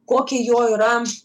kokie jo yra